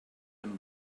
and